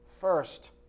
first